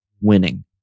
Winning